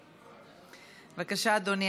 בבקשה, אדוני.